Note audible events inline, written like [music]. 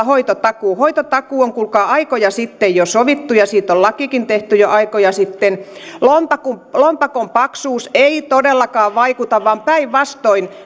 [unintelligible] hoitotakuu hoitotakuu on kuulkaa jo aikoja sitten sovittu ja siitä on lakikin tehty jo aikoja sitten lompakon lompakon paksuus ei todellakaan vaikuta vaan päinvastoin [unintelligible]